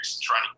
trying